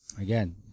Again